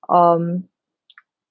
um